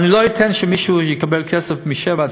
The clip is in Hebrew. אני לא אתן שמישהו יקבל כסף על השעות 19:00